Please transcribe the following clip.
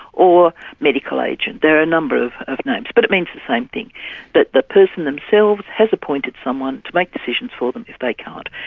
or medical agent. there are a number of of names, but it means the same thing that the person themselves has appointed someone to make decisions for them if they can't,